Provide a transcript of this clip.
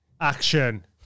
Action